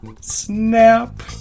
Snap